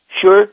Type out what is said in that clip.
sure